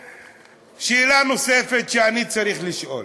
ושאלה נוספת שאני צריך לשאול: